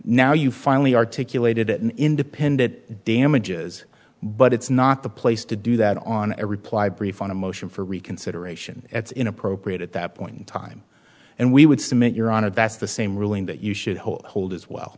now you finally articulated at an independent damages but it's not the place to do that on a reply brief on a motion for reconsideration that's inappropriate at that point in time and we would submit your honor that's the same ruling that you should hold hold as well